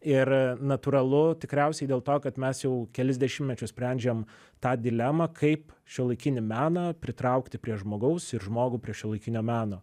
ir natūralu tikriausiai dėl to kad mes jau kelis dešimtmečius sprendžiam tą dilemą kaip šiuolaikinį meną pritraukti prie žmogaus ir žmogų prie šiuolaikinio meno